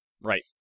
Right